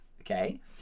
Okay